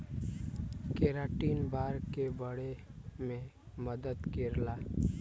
keratin बार के बढ़े में मदद करेला